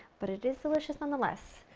but it is delicious none the less.